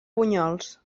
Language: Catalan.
bunyols